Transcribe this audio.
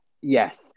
yes